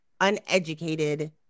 uneducated